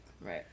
Right